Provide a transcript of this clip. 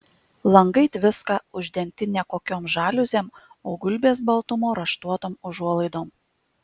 langai tviska uždengti ne kokiom žaliuzėm o gulbės baltumo raštuotom užuolaidom